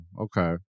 Okay